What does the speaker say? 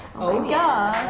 oh yeah.